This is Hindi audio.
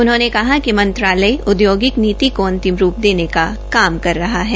उन्होंने कहा कि मंत्रालय औदयोगिक नीति को अंतिम रूप देने का काम कर रहा है